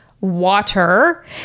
water